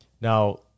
now